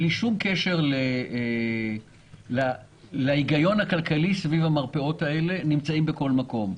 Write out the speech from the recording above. בלי שום קשר להיגיון הכלכלי סביב המרפאות האלה אנחנו נמצאים בכל מקום.